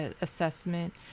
assessment